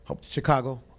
Chicago